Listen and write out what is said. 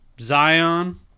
Zion